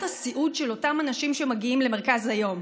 הסיעוד של אותם אנשים שמגיעים למרכז היום.